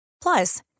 Plus